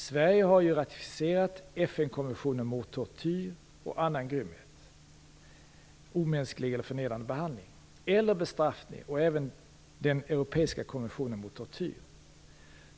Sverige har ratificerat FN-konventionen mot tortyr och annan grym, omänsklig eller förnedrande behandling eller bestraffning och även den europeiska konventionen mot tortyr.